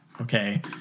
okay